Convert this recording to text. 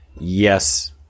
yes